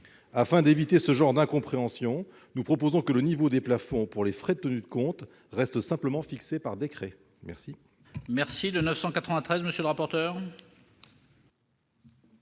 Afin d'éviter ce genre d'incompréhension, nous proposons que le niveau des plafonds pour les frais de tenue de compte reste simplement fixé par décret.